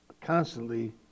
constantly